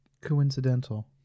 coincidental